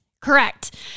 Correct